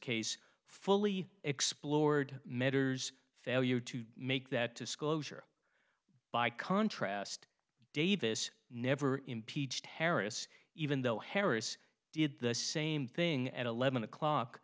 case fully explored medders failure to make that disclosure by contrast davis never impeached harris even though harris did the same thing at eleven o'clock